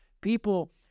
People